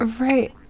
right